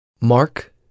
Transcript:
Mark